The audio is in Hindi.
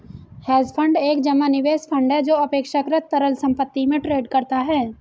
हेज फंड एक जमा निवेश फंड है जो अपेक्षाकृत तरल संपत्ति में ट्रेड करता है